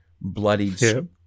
Bloodied